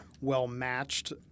well-matched